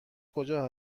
کجا